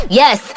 yes